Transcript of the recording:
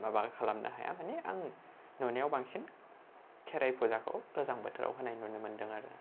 माबा खालामनो हाया मानि आं नुनायाव बांसिन खेराइ फुजाखौ गोजां बोथोराव होनाय नुनो मोन्दों आरो